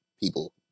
People